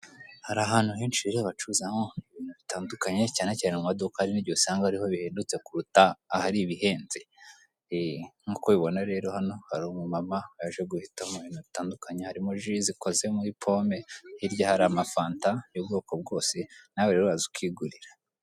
Hari ahantu henshi rero bacuruzamo ibintu bitandukanye cyane cyane mu maduka, hari n'igihe usanga ariho bihedutse kuruta ahari ibihenze. Nkuko ubibona rero hano hari umumama waje guhitamo ibintu bitandukanye harimo ji zikoze muri pome, hirya hari amafanta y'ubwoko bwose nawe rero waza ukigurira.